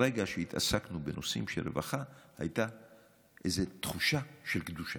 ברגע שהתעסקנו בנושאים של רווחה הייתה תחושה של קדושה.